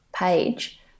page